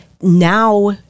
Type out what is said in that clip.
now